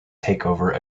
takeover